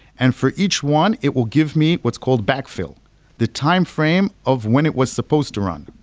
and for each one, it will give me what's called backfill the timeframe of when it was supposed to run.